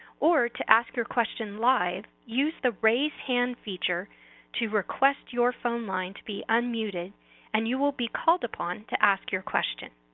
or to ask your question live, use the raise hand feature to request your phone line to be unmuted and you will be called upon to ask your question.